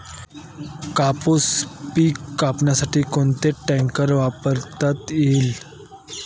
कापूस पिके कापण्यासाठी कोणता ट्रॅक्टर वापरता येईल?